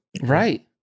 right